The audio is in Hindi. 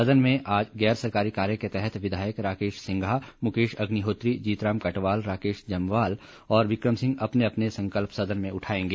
सदन में आज गैर सरकारी कार्य के तहत विधायक राकेश सिंघा मुकेश अग्निहोत्री जीत राम कटवाल राकेश जम्वाल और बिक्रम सिंह अपने अपने संकल्प सदन में उठाएंगे